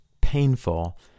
painful